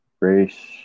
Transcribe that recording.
race